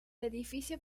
edificio